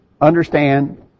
understand